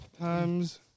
times